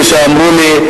כשאמרו לי,